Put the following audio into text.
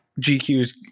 gq's